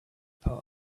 part